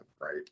right